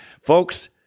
Folks